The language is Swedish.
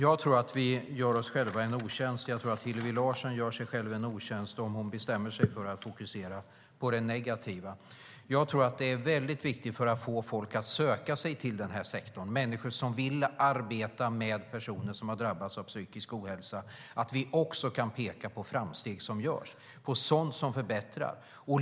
Fru talman! Jag tror att Hillevi Larsson gör sig själv en otjänst om hon bestämmer sig för att fokusera på det negativa. Det är väldigt viktigt att få folk att söka sig till den här sektorn, människor som vill arbeta med personer som har drabbats av psykisk ohälsa, och att man också kan peka på framsteg och förbättringar som görs.